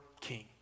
king